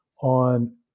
on